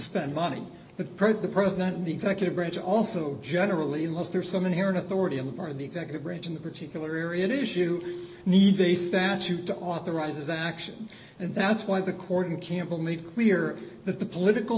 spend money to probe the president and the executive branch also generally unless there's some inherent authority of the part of the executive branch in the particular issue needs a statute to authorize action and that's why the court in campbell made clear that the political